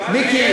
שנים.